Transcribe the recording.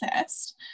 first